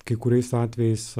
kai kuriais atvejais